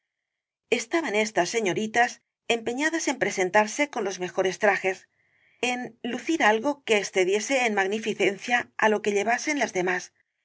estaban estas señoritas empeñadas en presentarse con los mejores trajes en lucir algo que excediese en magnificencia á lo que llevasen las demás